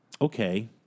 okay